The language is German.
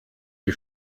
die